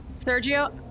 Sergio